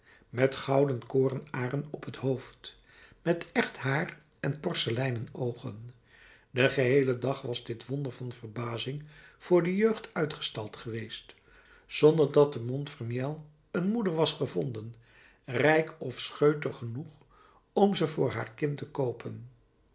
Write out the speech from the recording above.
met gouden koornaren op t hoofd met echt haar en porseleinen oogen den geheelen dag was dit wonder van verbazing voor de jeugd uitgestald geweest zonder dat te montfermeil een moeder was gevonden rijk of scheutig genoeg om ze voor haar kind te koopen